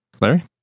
Larry